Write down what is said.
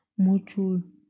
module